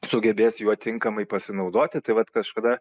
sugebės juo tinkamai pasinaudoti tai vat kažkada